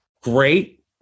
great